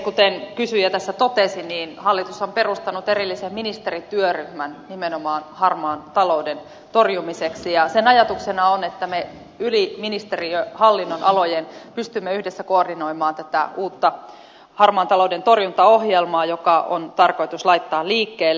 kuten kysyjä tässä totesi hallitus on perustanut erillisen ministerityöryhmän nimenomaan harmaan talouden torjumiseksi ja sen ajatuksena on että me yli ministeriöiden hallinnonalojen pystymme yhdessä koordinoimaan tätä uutta harmaan talouden torjuntaohjelmaa joka on tarkoitus laittaa liikkeelle